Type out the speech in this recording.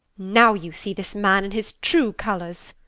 now you see this man in his true colours.